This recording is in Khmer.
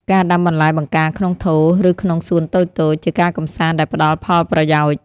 ការដាំបន្លែបង្ការក្នុងថូ ឬក្នុងសួនតូចៗ ជាការកម្សាន្តដែលផ្តល់ផលប្រយោជន៍។